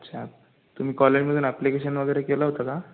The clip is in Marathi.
अच्छा तुम्ही कॉलेजमधून अॅप्लिकेशन वगैरे केलं होतं का